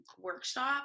workshop